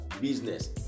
business